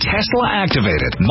Tesla-activated